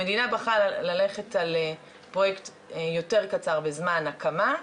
המדינה בחרה ללכת על פרויקט יותר קצר בזמן הקמה,